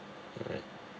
alright